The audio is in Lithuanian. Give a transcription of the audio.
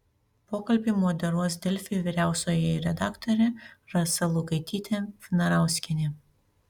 pokalbį moderuos delfi vyriausioji redaktorė rasa lukaitytė vnarauskienė